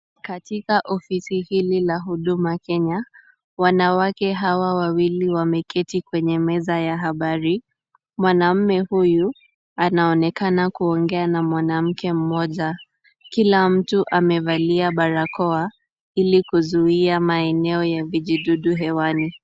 Katika ofisi hili la huduma Kenya, wanawake hawa wawili wameketi kwenye meza ya habari. Mwanamme huyu anaonekana kuongea na mwanamke mmoja. Kila mtu amevalia barakoa, ili kuzuia maeneo ya vijidudu hewani.